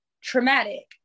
traumatic